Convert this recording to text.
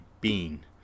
Bean